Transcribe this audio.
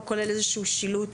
לא כולל איזה שהוא שילוט